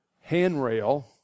handrail